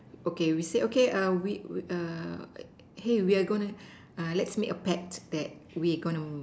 okay we said okay we hey we are going to let's make a pact that we are gonna